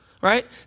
right